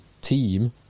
team